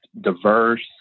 diverse